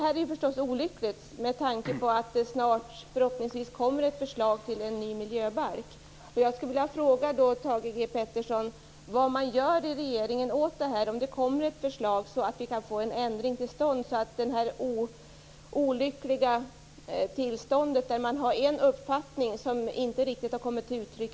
Detta är naturligtvis olyckligt med tanke på att det förhoppningsvis snart kommer ett förslag till en ny miljöbalk.